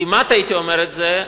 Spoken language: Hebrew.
כמעט הייתי אומר את זה,